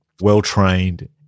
well-trained